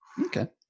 Okay